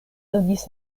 donis